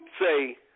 say